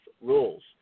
rules